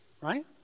right